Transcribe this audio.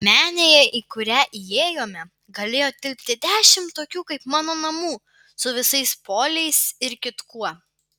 menėje į kurią įėjome galėjo tilpti dešimt tokių kaip mano namų su visais poliais ir kitkuo